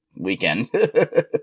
weekend